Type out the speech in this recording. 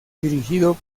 dirigido